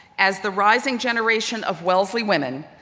as the rising generation of wellesley women,